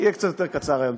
שיהיה קצת יותר קצר היום.